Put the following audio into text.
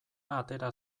atera